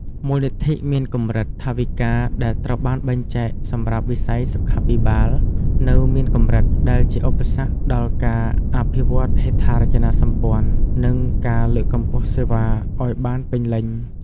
មូលនិធិមានកម្រិត ថវិកាដែលត្រូវបានបែងចែកសម្រាប់វិស័យសុខាភិបាលនៅមានកម្រិត ដែលជាឧបសគ្គដល់ការអភិវឌ្ឍហេដ្ឋារចនាសម្ព័ន្ធ និងការលើកកម្ពស់សេវាឱ្យបានពេញលេញ។